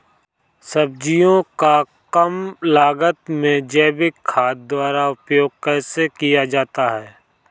सब्जियों को कम लागत में जैविक खाद द्वारा उपयोग कैसे किया जाता है?